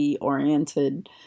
oriented